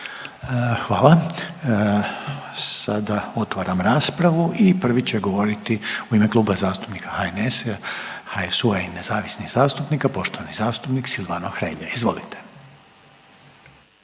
Hvala. Sada otvaram raspravu i prvi će govoriti u ime Kluba zastupnika HNS-a HSU-a i nezavisnih zastupnika poštovani zastupnik Silvano Hrelja, izvolite.